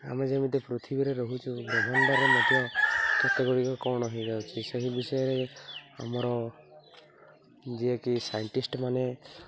ଆମେ ଯେମିତି ପୃଥିବୀରେ ରହୁଛୁ ବ୍ରହ୍ମାଣ୍ଡରେ ମଧ୍ୟ କେତେ ଗୁଡ଼ିକ କ'ଣ ହେଇଯାଉଛି ସେହି ବିଷୟରେ ଆମର ଯିଏକି ସାଇଣ୍ଟିଷ୍ଟମାନେ